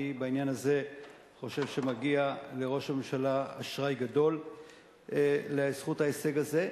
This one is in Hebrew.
ואני בעניין הזה חושב שמגיע לראש הממשלה אשראי גדול לזכות ההישג הזה.